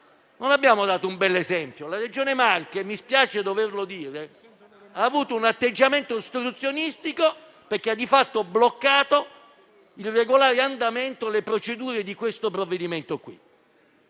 Non abbiamo dato un bell'esempio. La Regione Marche - mi spiace doverlo dire - ha avuto un atteggiamento ostruzionistico, perché di fatto ha bloccato il regolare andamento e le procedure di questo provvedimento,